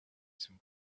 some